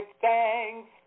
thanks